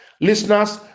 Listeners